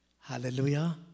Hallelujah